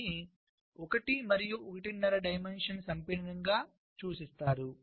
దీనిని 1 మరియు ఒకటిన్నర డైమెన్షన్ సంపీడనంగా సూచిస్తారు